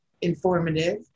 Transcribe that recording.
informative